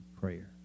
prayer